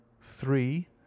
three